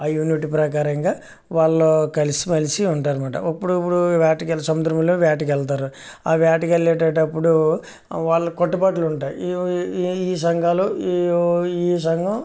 ఆ యూనిటీ ప్రకారంగా వాళ్ళు కలిసిమెలిసి ఉంటారన్నమాట అప్పుడప్పుడు వేటకెళ్ళి సముద్రంలో వేటకి వెళ్తారు ఆ వేటకెళ్ళేటప్పుడు వాళ్ళకు కట్టుబాట్లు ఉంటాయి ఈ ఏఏ సంఘాలు ఈ ఈ సంఘం